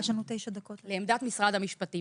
לעמדת משרד המשפטים,